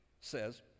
says